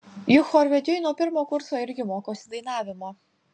juk chorvedžiai nuo pirmo kurso irgi mokosi dainavimo